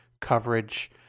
coverage